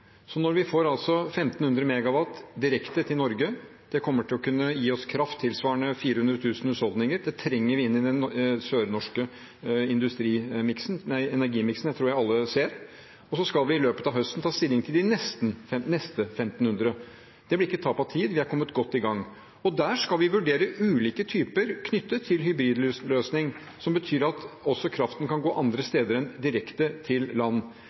Så når vi får 1 500 MW direkte til Norge, kommer det til å kunne gi oss kraft tilsvarende 400 000 husholdninger. Det trenger vi inn i den sørnorske energimiksen – det tror jeg alle ser – og så skal vi i løpet av høsten ta stilling til de neste 1 500 MW. Det blir ikke tap av tid; vi er kommet godt i gang. Der skal vi vurdere ulike typer knyttet til hybridløsning, noe som betyr at kraften også kan gå andre steder enn direkte til land.